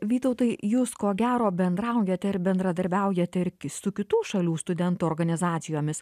vytautai jūs ko gero bendraujate ir bendradarbiaujate ir su kitų šalių studentų organizacijomis